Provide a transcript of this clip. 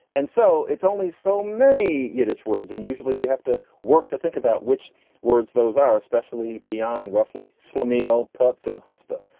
and so it's only so many yiddish words. and usually we have to work to think about which words those are, especially beyond roughly schlemiel puts and hotspur.